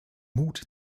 mut